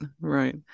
right